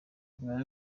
nyuma